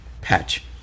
patch